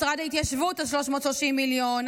משרד ההתיישבות עוד 330 מיליון,